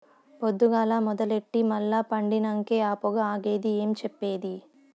పొద్దుగాల మొదలెట్టి మల్ల పండినంకే ఆ పొగ ఆగేది ఏం చెప్పేది